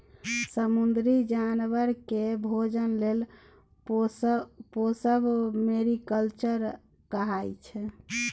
समुद्री जानबर केँ भोजन लेल पोसब मेरीकल्चर कहाइ छै